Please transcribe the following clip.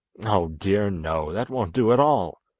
oh, dear, no, that won't do at all